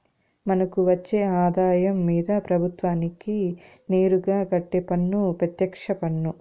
మనకు వచ్చే ఆదాయం మీద ప్రభుత్వానికి నేరుగా కట్టే పన్ను పెత్యక్ష పన్ను